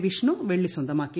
വിഷ്ണു വെള്ളി സ്വന്തമാക്കി